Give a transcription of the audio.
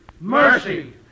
Mercy